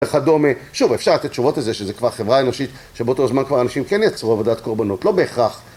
וכדומה שוב אפשר לתת תשובות לזה שזו כבר חברה אנושית שבאותו זמן כבר אנשים כן יצרו עבודת קורבנות, לא בהכרח